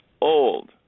old